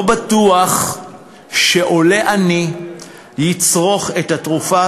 לא בטוח שחולה עני יצרוך את התרופה,